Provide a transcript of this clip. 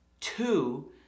Two